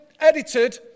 edited